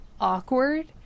awkward